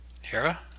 Hera